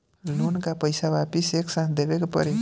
Loan का पईसा वापिस एक साथ देबेके पड़ी?